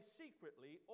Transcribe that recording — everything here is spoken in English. secretly